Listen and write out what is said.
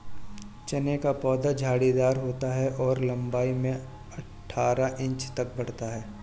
चने का पौधा झाड़ीदार होता है और लंबाई में अठारह इंच तक बढ़ता है